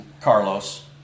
Carlos